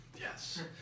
yes